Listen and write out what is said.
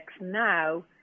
now